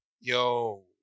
Yo